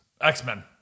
X-Men